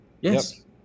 Yes